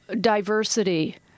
diversity